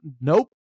Nope